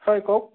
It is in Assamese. হয় কওক